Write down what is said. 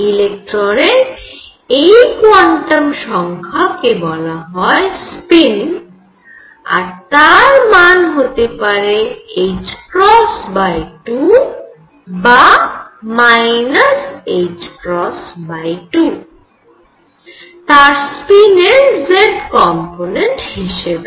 ইলেকট্রনের এই কোয়ান্টাম সংখ্যা কে বলা হয় স্পিন আর তার মান হতে পারে ℏ2 বা ℏ2 তার স্পিনের z কম্পোনেন্ট হিসেবে